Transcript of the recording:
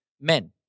men